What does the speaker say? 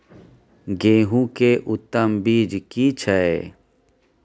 गेहूं के उत्तम बीज की छै?